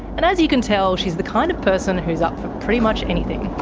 and, as you can tell, she's the kind of person who's up for pretty much anything.